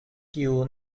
kiu